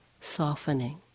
softening